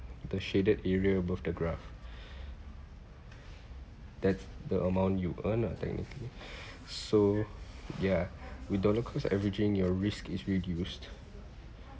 the shaded area above the graph thats the amount you earn ah technically so ya with dollar cost averaging your risk is reduced